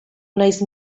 nahiz